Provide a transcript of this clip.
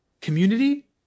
Community